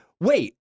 Wait